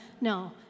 no